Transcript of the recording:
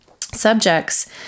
subjects